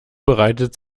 bereitet